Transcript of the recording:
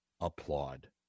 applaud